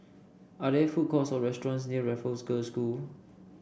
are there food courts or restaurants near Raffles Girls' School